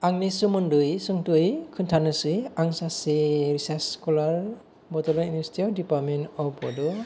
आंनि सोमोन्दै सुंद'यै खिन्थानोसै आं सासे रिसार्स स्कलार बडलेन्ड इउनिभारसिटियाव डिपार्टमेन्ट अफ बड'